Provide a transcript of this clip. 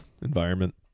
environment